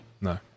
no